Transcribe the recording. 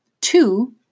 Two